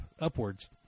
upwards